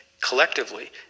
Collectively